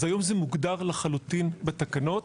אז היום זה מוגדר לחלוטין בתקנות.